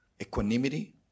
equanimity